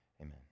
Amen